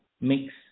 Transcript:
mix